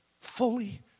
Fully